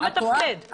לא מתפקד.